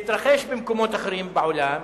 שהתרחש במקומות אחרים בעולם.